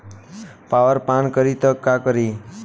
Copper पान करी त का करी?